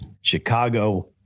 Chicago